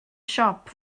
siop